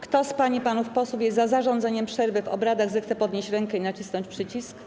Kto z pań i panów posłów jest za zarządzeniem przerwy w obradach, zechce podnieść rękę i nacisnąć przycisk.